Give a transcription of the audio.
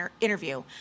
interview